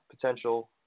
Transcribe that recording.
potential